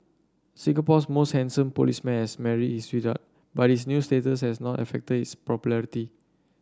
Singapore's most handsome policeman has married his sweetheart but his new status has not affected his popularity